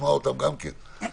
לשמוע אותם גם כן.